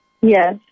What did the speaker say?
Yes